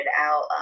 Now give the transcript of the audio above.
out